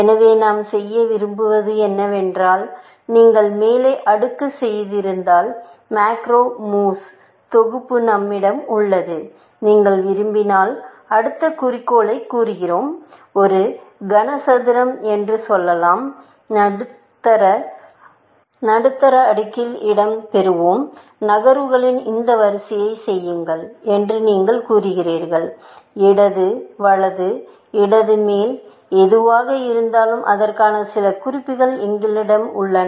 எனவே நாம் செய்ய விரும்புவது என்னவென்றால் நீங்கள் மேல் அடுக்கு செய்திருந்தால் மேக்ரோ மூவ்ஸ் தொகுப்பு நம்மிடம் உள்ளது நீங்கள் விரும்பினால் அடுத்த குறிக்கோளைக் கூறுவோம் ஒரு கனசதுரம் என்று சொல்வோம் நடுத்தர அடுக்கில் இடம் பெறுவோம் நகர்வுகளின் இந்த வரிசையை செய்யுங்கள் என்று நீங்கள் கூறுகிறீர்கள் இடது வலது இடது மேல் எதுவாக இருந்தாலும் அதற்கான சில குறிப்புகள் எங்களிடம் உள்ளன